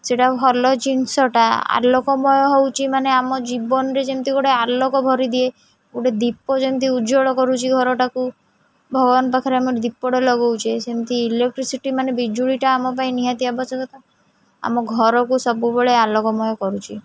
ସେଇଟା ଭଲ ଜିନିଷଟା ଆଲୋକମୟ ହେଉଛି ମାନେ ଆମ ଜୀବନରେ ଯେମିତି ଗୋଟିଏ ଆଲୋକ ଭରି ଦିଏ ଗୋଟିଏ ଦୀପ ଯେମିତି ଉଜ୍ଜ୍ୱଳ କରୁଛି ଘରଟାକୁ ଭଗବାନ ପାଖରେ ଆମେ ଦୀପଟେ ଲଗଉଛେ ସେମିତି ଇଲେକ୍ଟ୍ରିସିଟି ମାନେ ବିଜୁଳିଟା ଆମ ପାଇଁ ନିହାତି ଆବଶ୍ୟକତା ଆମ ଘରକୁ ସବୁବେଳେ ଆଲୋକମୟ କରୁଛି